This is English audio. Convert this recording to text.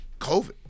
COVID